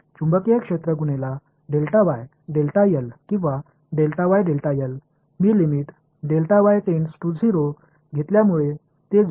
அல்லது ஆல் காந்தப்புலம் பெருக்கப்படுகிறது நான் வரம்பை 0 ஆக எடுத்துக் கொள்ளும்போது அது 0 ஆக முனைகின்றன